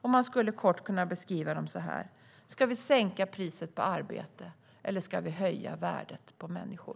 Man skulle kort kunna beskriva dem så här: Ska vi sänka priset på arbete, eller ska vi höja värdet på människor?